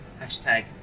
hashtag